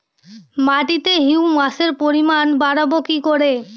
মাটিতে হিউমাসের পরিমাণ বারবো কি করে?